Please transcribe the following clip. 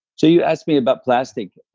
so, you asked me about plastic